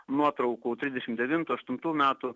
nuotraukų trisdešimt devintų aštuntų metų